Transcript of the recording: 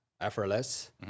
effortless